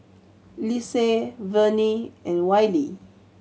Lise Vernie and Wylie